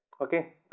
Okay